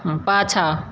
हाँ पाछाँ